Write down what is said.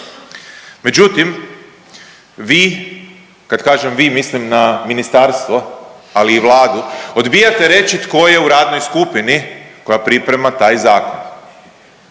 Međutim, vi, kad kažem vi mislim na ministarstvo ali i Vladu odbijate reći tko je u radnoj skupini koja priprema taj zakon.